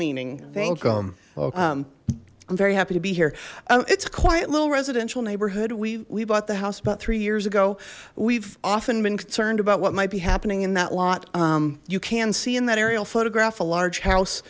meaning thank them i'm very happy to be here it's a quiet little residential neighborhood we we bought the house about three years ago we've often been concerned about what might be happening in that lot you can see in that aerial photograph a large house